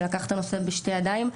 שלקח את הנושא בשתי ידיים,